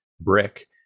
brick